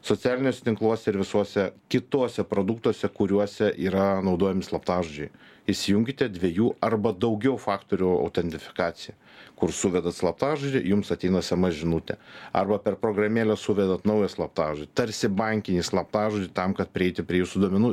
socialiniuose tinkluose ir visuose kituose produktuose kuriuose yra naudojami slaptažodžiai įsijunkite dviejų arba daugiau faktorių autentifikaciją kur suvedat slaptažodį jums ateina sms žinutė arba per programėlę suvedant naują slaptažodį tarsi bankinį slaptažodį tam kad prieiti prie jūsų duomenų